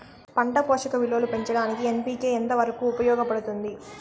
పంట పోషక విలువలు పెంచడానికి ఎన్.పి.కె ఎంత వరకు ఉపయోగపడుతుంది